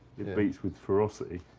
it beats with ferocity.